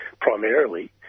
primarily